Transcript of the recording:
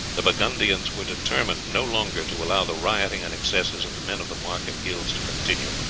the burgundians were determined no longer to allow the rioting and excesses of the men of the market guilds to continue.